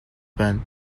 байна